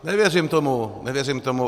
Nevěřím tomu, nevěřím tomu.